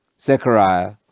Zechariah